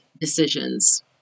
decisions